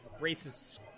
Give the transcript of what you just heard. racists